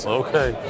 okay